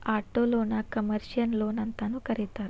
ಆಟೊಲೊನ್ನ ಕಮರ್ಷಿಯಲ್ ಲೊನ್ಅಂತನೂ ಕರೇತಾರ